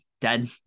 dead